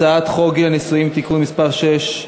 הצעת חוק גיל הנישואין (תיקון מס' 6),